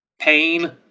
Pain